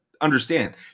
understand